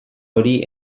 hori